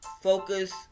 Focus